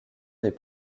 des